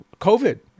COVID